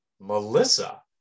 Melissa